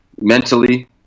mentally